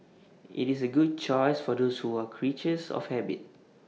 IT is A good choice for those who are creatures of habit